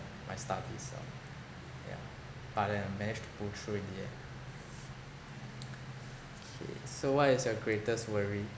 my studies ah yeah but then I managed to push through in the end K so what is your greatest worry